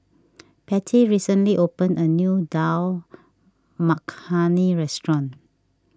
Pattie recently opened a new Dal Makhani restaurant